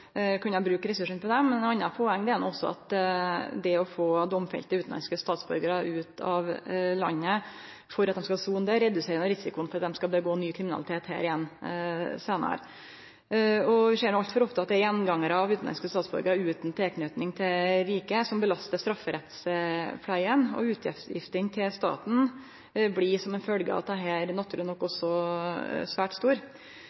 kunne bruke ressursane på dei. Eit anna poeng er at det å få domfelte utanlandske statsborgarar ut av landet for at dei skal sone der, reduserer risikoen for at dei skal utøve ny kriminalitet her seinare. Ein ser altfor ofte at det er gjengangarar av utanlandske statsborgarar utan tilknyting til riket som belastar strafferettspleia, og utgiftene til staten blir som ei følgje av dette naturleg nok også svært store. Det kan ikkje vere slik at staten bruker det